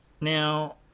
Now